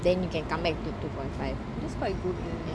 then you can come back to two point five